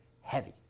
heavy